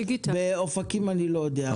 לגבי אופקים אני לא יודע.